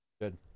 good